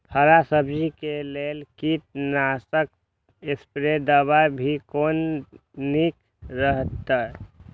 हरा सब्जी के लेल कीट नाशक स्प्रै दवा भी कोन नीक रहैत?